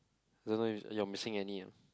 don't know if you're missing any